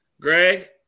Greg